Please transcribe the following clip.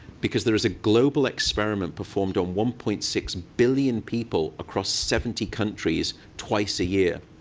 because there is a global experiment performed on one point six billion people across seventy countries twice a year.